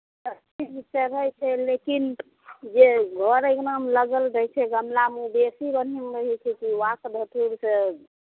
सब चीज चढ़ै छै लेकिन जे घर अङ्गनामे लागल रहै छै गमलामे ओ बेसी बढिऑं ने रहै छै कि ओ आक धतुरके